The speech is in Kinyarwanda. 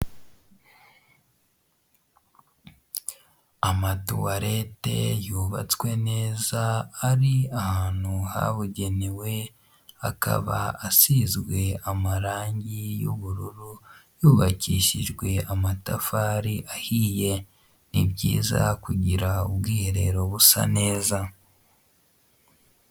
Amatuwarete yubatswe neza ari ahantu habugenewe akaba asizwe amarangi y'ubururu, yubakishijwe amatafari ahiye, ni byiza kugira ubwiherero busa neza.